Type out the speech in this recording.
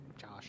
Josh